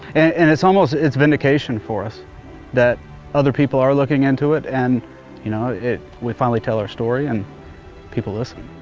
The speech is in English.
and it's almost, it's vindication for us that other people are looking into it and you know, we finally tell our story and people listen.